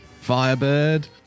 Firebird